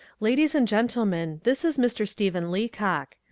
ladies and gentlemen, this is mr. stephen leacock.